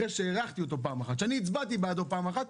אחרי שהצבעתי בעד ההארכה פעם אחת,